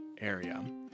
area